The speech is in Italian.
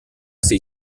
sei